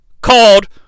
called